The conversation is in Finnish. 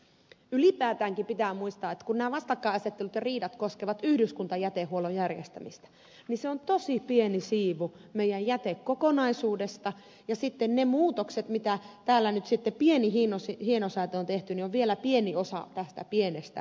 ylipäätäänkin pitää muistaa että kun nämä vastakkainasettelut ja riidat koskevat yhdyskuntajätehuollon järjestämistä niin se on tosi pieni siivu meidän jätekokonaisuudestamme ja sitten ne muutokset se pieni hienosäätö mitä täällä nyt on tehty on vielä pieni osa tästä pienestä siivusta